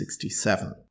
1967